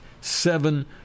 seven